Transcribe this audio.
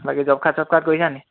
বাকী job card চব card কৰিছানি